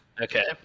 Okay